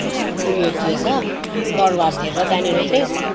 उयो थिएछ दरबार थिएछ त्यहाँनिर चाहिँ